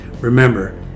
remember